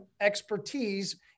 expertise